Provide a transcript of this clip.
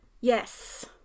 Yes